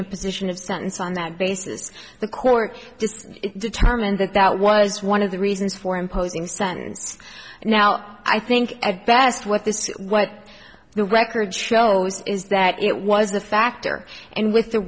imposition of sentence on that basis the court just determined that that was one of the reasons for imposing sentence now i think at best what this what the record shows is that it was a factor